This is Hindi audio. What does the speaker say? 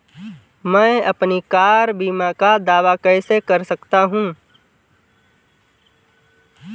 मैं अपनी कार बीमा का दावा कैसे कर सकता हूं?